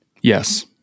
Yes